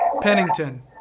Pennington